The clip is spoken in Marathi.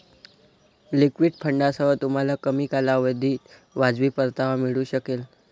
लिक्विड फंडांसह, तुम्हाला कमी कालावधीत वाजवी परतावा मिळू शकेल